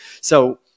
So-